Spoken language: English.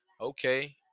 okay